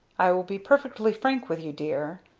i will be perfectly frank with you, dear.